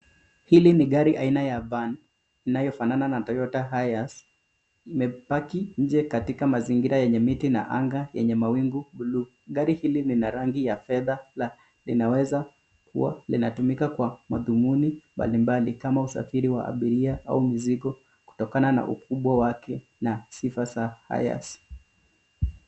Hili ni gari aina ya Van inaynafanana na Toyota Hiace imepaki nje katika mazingira yenye miti na anga yenye mawingu bluu. Gari hili lina rangi ya fedha na linaweza kua linatumika kwa madhumuni mbali mbali kama usafiri wa abiria au mizigo kutokana na ukubwa wake na sifa za Hiace.